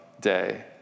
day